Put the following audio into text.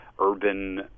urban